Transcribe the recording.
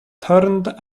turned